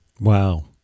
Wow